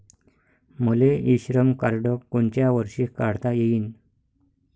मले e Shram card कोनच्या वर्षी काढता येईन?